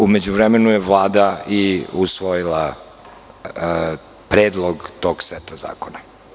U međuvremenu Vlada je usvojila predlog tog seta zakona.